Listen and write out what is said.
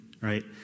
Right